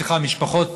סליחה, משפחות